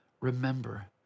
remember